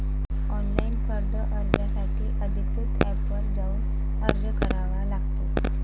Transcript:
online कर्ज अर्जासाठी अधिकृत एपवर जाऊन अर्ज करावा लागतो